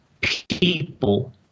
people